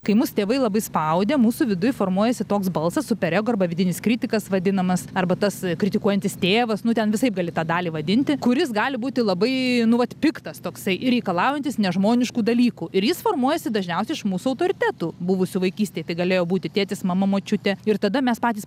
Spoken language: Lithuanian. kai mus tėvai labai spaudė mūsų viduj formuojasi toks balsas super ego arba vidinis kritikas vadinamas arba tas kritikuojantis tėvas nu ten visaip gali tą dalį vadinti kuris gali būti labai nu vat piktas toksai ir reikalaujantis nežmoniškų dalykų ir jis formuojasi dažniausiai iš mūsų autoritetų buvusių vaikystėj tai galėjo būti tėtis mama močiutė ir tada mes patys